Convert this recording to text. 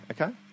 okay